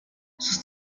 sus